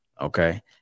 okay